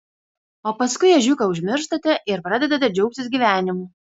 o paskui ežiuką užmirštate ir pradedate džiaugtis gyvenimu